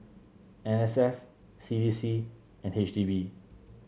N S F C D C and H D B